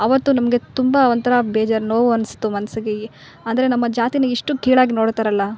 ಅವತ್ತು ನಮಗೆ ತುಂಬ ಒಂಥರ ಬೇಜಾರು ನೋವು ಅನ್ಸ್ತು ಮನಸ್ಸಿಗೆ ಈ ಅಂದರೆ ನಮ್ಮ ಜಾತಿನ ಇಷ್ಟು ಕೀಳಾಗಿ ನೋಡ್ತಾರಲ್ಲ